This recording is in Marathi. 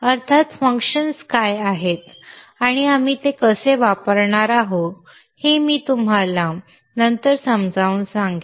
अर्थात फंक्शन्स काय आहेत आणि आपण ते कसे वापरणार हे मी तुम्हाला नंतर समजावून सांगेन